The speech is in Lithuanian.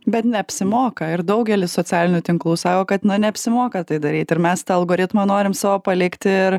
bet neapsimoka ir daugelis socialinių tinklų sako kad neapsimoka tai daryt ir mes tą algoritmą norim savo palikt ir